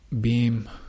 beam